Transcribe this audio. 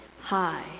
hi